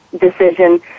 decision